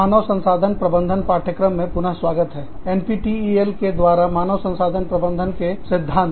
मानव संसाधन प्रबंधन पाठ्यक्रम में पुन स्वागत है NPTEL के द्वारा मानव संसाधन प्रबंधन के सिद्धांत